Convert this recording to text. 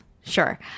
sure